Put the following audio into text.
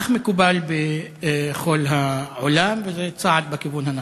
כך מקובל בכל העולם, וזה צעד בכיוון הנכון.